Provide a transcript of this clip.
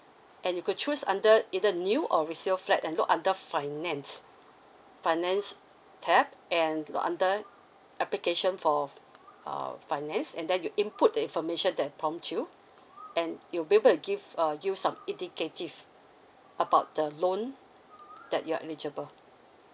and you could choose under either new or resale flat and look under finance finance tab and go under application of uh finance and then you input the information that prompt you and it'll be able to give uh you some indicative about the loan that you are eligible